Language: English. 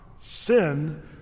Sin